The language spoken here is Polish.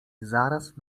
zaraz